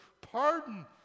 pardon